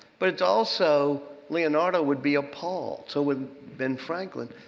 but also leonardo would be appalled, so would ben franklin,